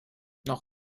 noch